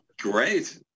great